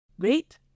Great